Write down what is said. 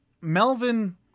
Melvin